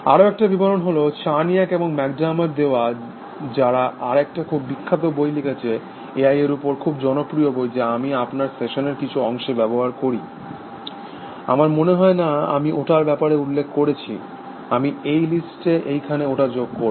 আরও একটা বিবরণ হল চার্নিয়াক এবং ম্যাকডেরমট দেওয়া যারা আর একটা খুব বিখ্যাত বই লিখেছে এআই এর ওপর খুব জনপ্রিয় বই যা আমি আমার সেশনের কিছু অংশে ব্যবহার করি আমার মনে হয় না আমি ওটার ব্যাপারে উল্লেখ করেছি আমি এই লিস্টে এইখানে ওটা যোগ করব